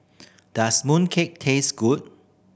does mooncake taste good